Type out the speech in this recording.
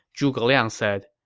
zhuge liang said,